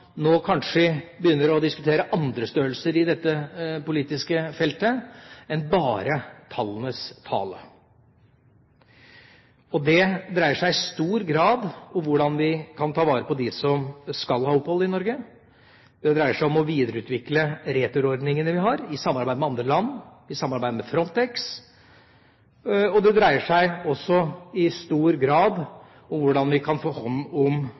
nå kanskje begynner å diskutere andre størrelser i dette politiske feltet enn bare tallenes tale. Det dreier seg i stor grad om hvordan vi kan ta vare på dem som skal ha opphold i Norge. Det dreier seg om å videreutvikle returordningene vi har i samarbeid med andre land, i samarbeid med Frontex. Det dreier seg også i stor grad om hvordan vi kan få hånd om